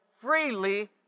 Freely